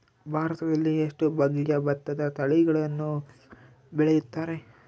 ಭಾರತದಲ್ಲಿ ಎಷ್ಟು ಬಗೆಯ ಭತ್ತದ ತಳಿಗಳನ್ನು ಬೆಳೆಯುತ್ತಾರೆ?